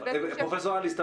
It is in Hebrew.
פרופ' אליס,